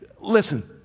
Listen